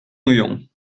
noyon